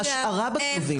זו השארה בכלובים.